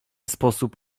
sposób